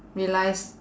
realise